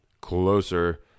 closer